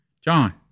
John